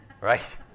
right